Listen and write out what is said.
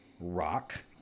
rock